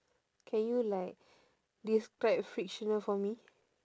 can you like describe fictional for me